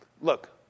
Look